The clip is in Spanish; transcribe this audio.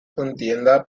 contienda